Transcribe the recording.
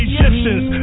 Egyptians